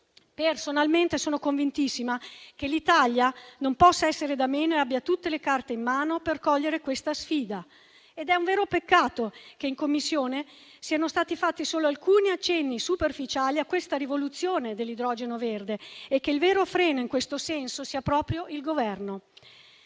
Personalmente, sono convintissima che l'Italia non possa essere da meno e abbia tutte le carte in mano per cogliere questa sfida. È un vero peccato che in Commissione siano stati fatti solo alcuni accenni superficiali a questa rivoluzione dell'idrogeno verde e che il vero freno in questo senso sia proprio il Governo.